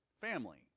family